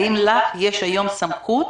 האם לך יש היום סמכות